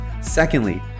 Secondly